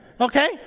Okay